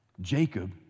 Jacob